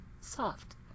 soft